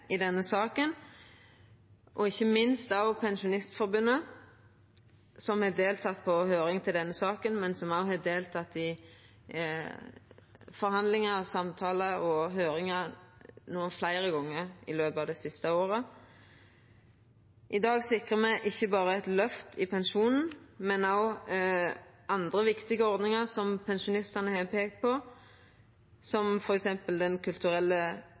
i saka, og ikkje minst Pensjonistforbundet, som har delteke på høyring i denne saka, men som òg har delteke i forhandlingar, samtalar og høyringar fleire gonger i løpet av det siste året. I dag sikrar me ikkje berre eit løft i pensjonen, men òg andre viktige ordningar som pensjonistane har peikt på, som f.eks. Den kulturelle